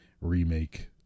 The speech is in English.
remake